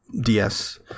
DS